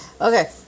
Okay